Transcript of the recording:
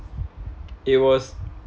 it was